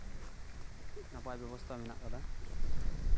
ᱱᱟᱯᱟᱭ ᱵᱮᱵᱚᱥᱛᱷᱟ ᱢᱮᱱᱟᱜ ᱠᱟᱫᱟ